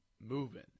moving